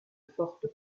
forte